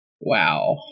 Wow